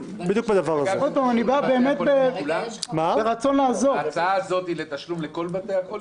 יש רצון לעזור, אבל שיידעו לעבוד באופן מסודר.